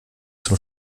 zum